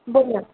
बरं